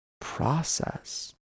Process